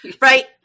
Right